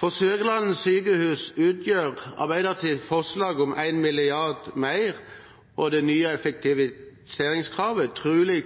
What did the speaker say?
For Sørlandet sykehus utgjør Arbeiderpartiets forslag om 1 mrd. kr mer og det nye effektiviseringskravet